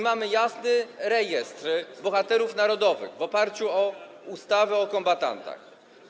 Mamy jasny rejestr bohaterów narodowych stworzony w oparciu o ustawę o kombatantach.